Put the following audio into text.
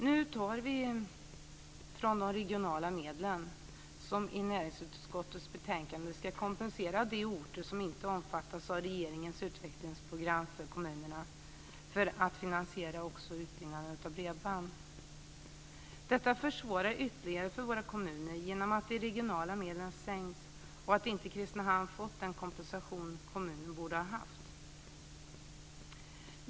Nu tar vi från de regionala medel som enligt näringsutskottets betänkande ska kompensera de orter som inte omfattas av regeringens utvecklingsprogram för kommunerna för att finansiera också utbyggnaden av bredband. Detta försvårar ytterligare för våra kommuner genom att de regionala medlen minskas och Kristinehamn inte fått den kompensation kommunen borde ha haft.